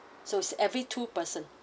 so every two person